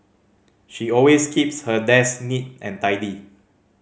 she always keeps her desk neat and tidy